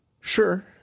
sure